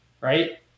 right